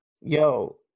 Yo